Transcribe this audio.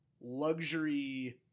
luxury